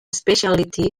speciality